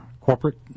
corporate